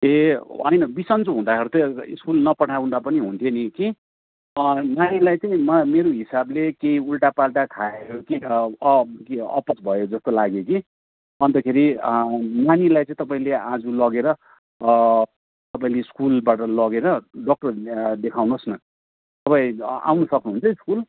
ए होइन बिसन्चो हुँदाखेरि त स्कुल नपठाउँदा पनि हुन्थ्यो नि कि नानीलाई चाहिँ म मेरो हिसाबले केही उल्टा पाल्टा खाएर हो कि अ कि अपच भयो जस्तो लाग्यो कि अन्तखेरि नानीलाई चाहिँ तपाईँले आज लगेर तपाईँले स्कुलबाट लगेर डक्टर देखाउनुहोस् न तपाईँ आउन सक्नुहुन्छ स्कुल